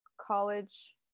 college